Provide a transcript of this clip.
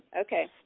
Okay